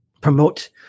promote